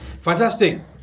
Fantastic